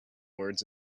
words